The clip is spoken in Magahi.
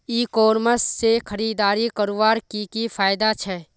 ई कॉमर्स से खरीदारी करवार की की फायदा छे?